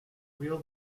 real